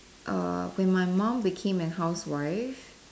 err when my mum became a housewife